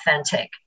authentic